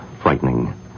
frightening